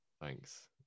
Thanks